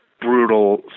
brutal